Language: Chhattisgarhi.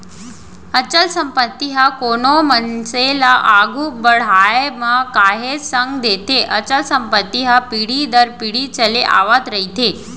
अचल संपत्ति ह कोनो मनसे ल आघू बड़हाय म काहेच संग देथे अचल संपत्ति ह पीढ़ी दर पीढ़ी चले आवत रहिथे